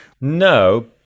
No